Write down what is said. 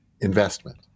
investment